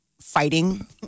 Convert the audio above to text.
fighting